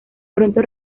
pronto